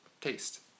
taste